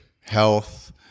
health